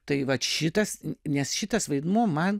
tai vat šitas nes šitas vaidmuo man